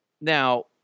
Now